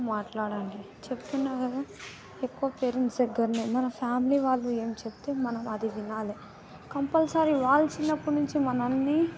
ఎక్కువ మాట్లాడండి చెప్తున్నా కదా ఎక్కువ పేరెంట్స్ దగ్గరనే మన ఫ్యామిలీ వాళ్ళు ఏం చెబితే మనం అది వినాలి కంపల్సరీ వాళ్ళు చిన్నప్పటి నుంచి మనలని